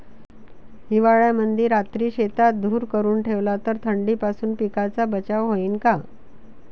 हिवाळ्यामंदी रात्री शेतात धुर करून ठेवला तर थंडीपासून पिकाचा बचाव होईन का?